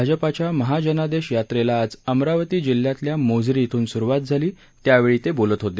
भाजपाच्या महाजनादेश यावेला आज अमरावती जिल्ह्यातल्या मोझरी इथून स्रुवात झाली त्यावेळी ते बोलत होते